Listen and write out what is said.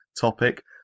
topic